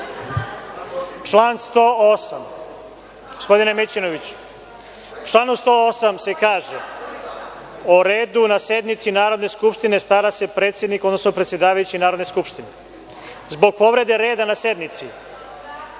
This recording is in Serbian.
108.Gospodine Mićunoviću, u članu 108. se kaže: „O redu na sednici Narodne skupštine stara se predsednik, odnosno predsedavajući Narodne skupštine. Zbog povrede reda na sednici